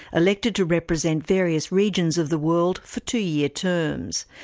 elected to represent various regions of the world for two-year terms.